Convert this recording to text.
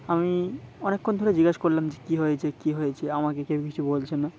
আমি অনেকক্ষণ ধরে জিজ্ঞেস করলাম যে কী হয়েছে কী হয়েছে আমাকে কেউ কিছু বলছে না